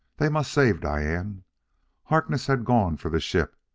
they must save diane. harkness had gone for the ship.